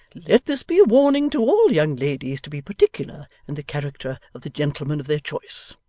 let this be a warning to all young ladies to be particular in the character of the gentlemen of their choice.